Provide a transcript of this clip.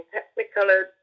Technicolor